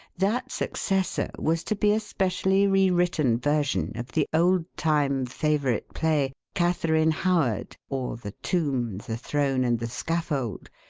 that successor was to be a specially rewritten version of the old-time favourite play catharine howard or, the tomb, the throne, and the scaffold,